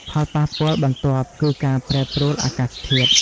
ផលប៉ះពាល់បន្ទាប់គឺ ការប្រែប្រួលអាកាសធាតុ។